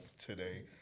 today